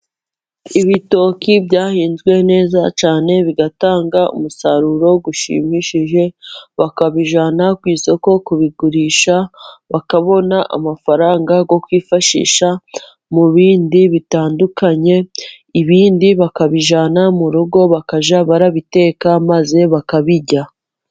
Ibitoki byahinzwe neza cyane, bigatanga umusaruro ushimishije bakabijyana ku isoko kubigurisha, bakabona amafaranga yo kwifashisha mu bindi bitandukanye. Ibindi bakabijyana mu rugo bakajya barabiteka maze bakabirya.